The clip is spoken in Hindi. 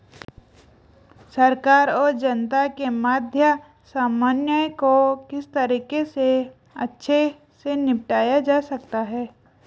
सरकार और जनता के मध्य समन्वय को किस तरीके से अच्छे से निपटाया जा सकता है?